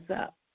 up